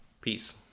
Peace